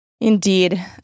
Indeed